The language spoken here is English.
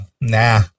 Nah